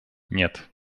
нет